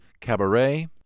Cabaret